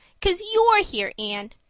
cause you're here, anne.